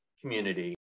community